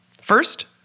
First